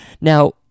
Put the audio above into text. Now